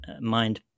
mind